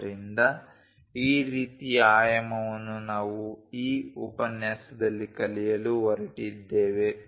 ಆದ್ದರಿಂದ ಈ ರೀತಿಯ ಆಯಾಮವನ್ನು ನಾವು ಈ ಉಪನ್ಯಾಸದಲ್ಲಿ ಕಲಿಯಲು ಹೊರಟಿದ್ದೇವೆ